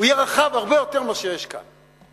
הוא יהיה רחב הרבה יותר מאשר יש כאן.